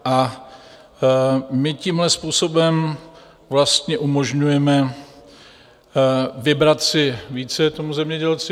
A my tímhle způsobem vlastně umožňujeme vybrat si více tomu zemědělci.